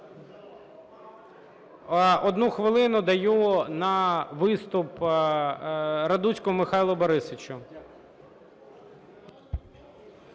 Одну хвилину даю на виступ Радуцькому Михайлу Борисовичу.